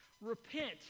Repent